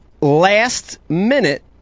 last-minute